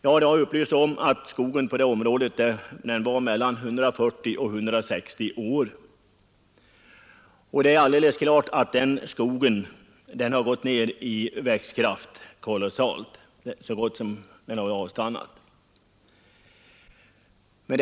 Då har det upplysts att skogen på områdena varit mellan 140 och 160 år gammal, och det är alldeles klart att den skogen har gått ned kolossalt i växtkraft, så gott som stannat att växa.